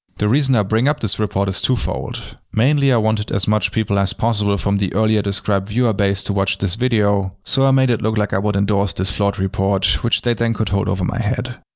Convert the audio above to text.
the reason i bring up this report is twofold mainly i wanted as much people as possible from the earlier described viewer base to watch this video, so i made it look like i would endorse this flawed report, which they then could hold over my head.